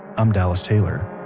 i'm dallas taylor.